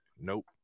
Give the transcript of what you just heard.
nope